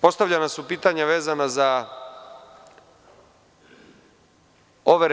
Postavljena su pitanja vezana za overe.